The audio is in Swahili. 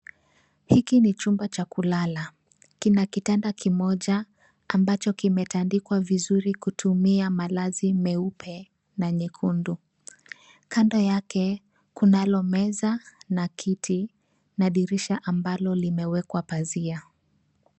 Hiki ni chumba cha kulala. Kina kitanda kimoja ambacho kimetandikwa vizuri, kutumia malazi meupe na nyekundu. Kando yake, kunalo meza na kiti na dirisha ambalo limewekwa pazia.